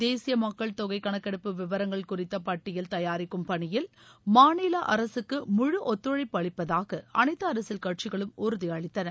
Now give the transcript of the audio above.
தேசிய மக்கள் தொகை கணக்கெடுப்பு விவரங்கள் குறித்த பட்டியல் தயாரிக்கும் பணியில் மாநில அரசுக்கு முழு ஒத்துழைப்பு அளிப்பதாக அனைத்து அரசியல் கட்சிகளும் உறுதி அளித்தன